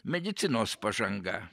medicinos pažanga